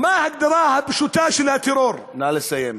מה ההגדרה הפשוטה של הטרור, נא לסיים.